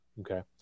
Okay